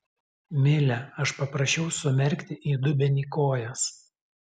mile aš paprašiau sumerkti į dubenį kojas